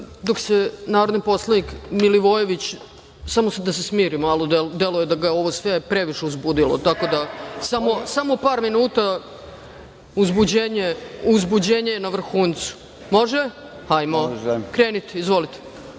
dok se narodni poslanik Milivojević, samo da se smiri malo, deluje da ga je ovo sve previše uzbudilo, tako da samo par minuta, uzbuđenje je na vrhuncu. Može? Hajmo. Krenite. Izvolite.